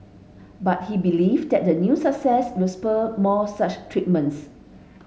but he believe that the new success will spur more such treatments